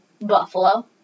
Buffalo